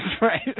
Right